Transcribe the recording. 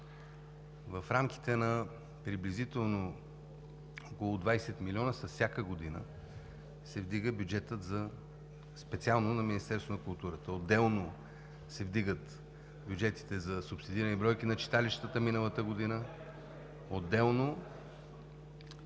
В рамките на приблизително около 20 млн. лв. всяка година се вдига бюджетът специално на Министерството на културата. Отделно се вдигат бюджетите за субсидирани бройки на читалищата, миналата година, отделно